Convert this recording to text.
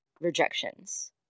rejections